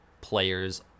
players